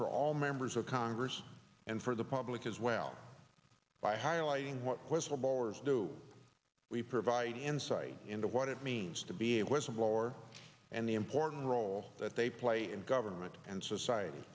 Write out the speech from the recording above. for all members of congress and for the public as well by highlighting what whistleblowers do we provide insight into what it means to be a whistleblower and the important role that they play in government and society